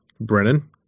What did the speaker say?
Brennan